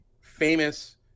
famous